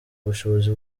ubushobozi